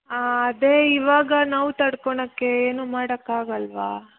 ಅದೇ ಇವಾಗ ನೋವು ತಡ್ಕೊಳ್ಳೋಕ್ಕೇನು ಮಾಡೋಕಾಗಲ್ವಾ